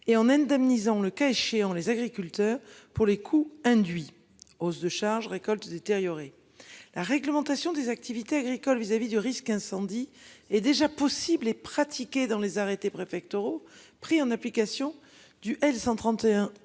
et en indemnisant le cas échéant, les agriculteurs pour les coûts induits hausse de charges récolte détériorer la réglementation des activités agricoles vis-à-vis du risque incendie est déjà possible et pratiqué dans les arrêtés préfectoraux pris en application du elle 131